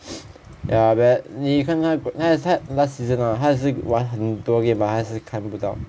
ya but 你看他他他 last season [ho] 他也是玩很多 game but 还是看不到看